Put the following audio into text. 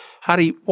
Harry